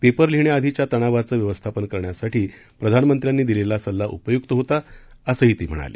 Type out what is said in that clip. paper लिहिण्याआधीच्या तणावाचं व्यवस्थापन करण्यासाठी प्रधानमंत्र्यांनी दिलेला सल्ला उपयुक्त होता असंही ती म्हणाली